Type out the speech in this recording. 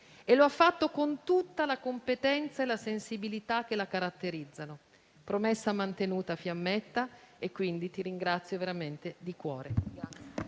e lo ha fatto con tutta la competenza e la sensibilità che la caratterizzano: promessa mantenuta, Fiammetta, quindi ti ringrazio veramente di cuore.